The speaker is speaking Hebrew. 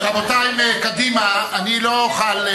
רבותי מקדימה, אני לא אוכל,